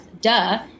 duh